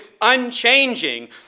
unchanging